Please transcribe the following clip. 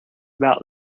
about